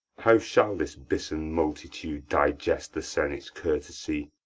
how shall this bisson multitude digest the senate's courtesy?